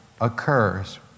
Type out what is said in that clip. occurs